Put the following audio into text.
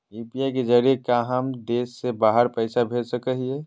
UPI के जरिए का हम देश से बाहर पैसा भेज सको हियय?